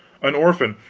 an orphan,